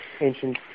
ancient